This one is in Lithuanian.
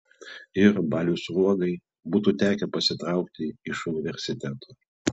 ir baliui sruogai būtų tekę pasitraukti iš universiteto